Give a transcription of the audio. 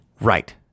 Right